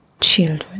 children